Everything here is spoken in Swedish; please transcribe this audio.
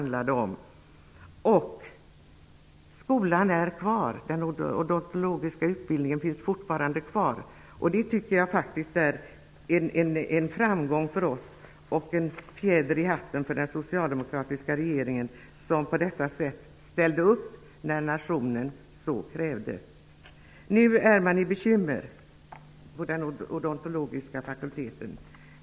Den odontologiska utbildningen finns fortfarande kvar. Det tycker jag faktiskt är en framgång för oss och en fjäder i hatten för den socialdemokratiska regeringen, som på detta sätt ställde upp när nationen så krävde. Nu är man i bekymmer på den odontologiska fakulteten.